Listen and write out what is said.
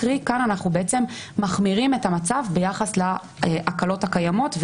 קרי כאן אנחנו בעצם מחמירים את המצב ביחס להקלות הקיימות.